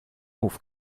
hof